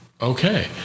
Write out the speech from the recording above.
Okay